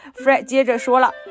Fred接着说了